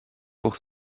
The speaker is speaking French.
pour